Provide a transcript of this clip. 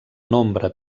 nombre